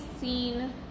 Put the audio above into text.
seen